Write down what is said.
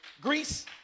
Greece